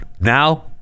now